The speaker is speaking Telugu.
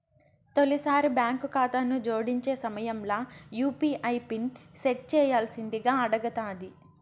తొలిసారి బాంకు కాతాను జోడించే సమయంల యూ.పీ.ఐ పిన్ సెట్ చేయ్యాల్సిందింగా అడగతాది